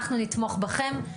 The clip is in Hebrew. אנחנו נתמוך בכם.